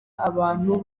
abantu